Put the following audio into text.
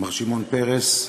מר שמעון פרס,